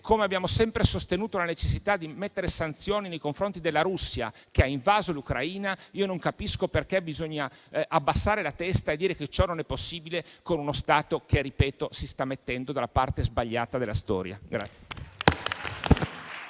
come abbiamo sempre sostenuto la necessità di mettere sanzioni nei confronti della Russia che ha invaso l'Ucraina, io non capisco perché bisogna abbassare la testa e dire che ciò non è possibile con uno Stato che, lo ripeto, si sta mettendo dalla parte sbagliata della storia.